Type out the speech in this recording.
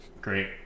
Great